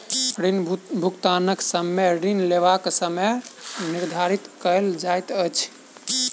ऋण भुगतानक समय ऋण लेबाक समय निर्धारित कयल जाइत छै